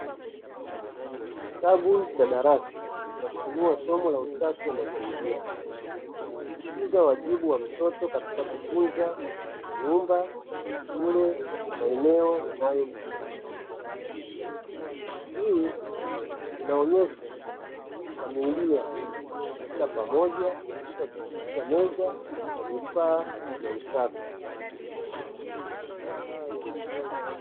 Kitabu cha darasa, kinafunua somo la usafi wa mazingira, kusisitiza wajibu wa mtoto katika kutunza nyumba, shule na maeneo yanayomzunguka. Hii inaonyesha familia wakila pamoja, mtu akisafisha meza na vifaa vya usafi.